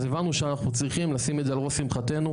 אז הבנו שאנחנו צריכים לשים את זה על ראש שמחתנו,